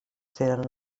tenen